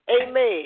Amen